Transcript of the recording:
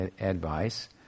advice